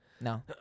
No